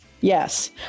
yes